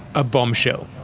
a bombshell.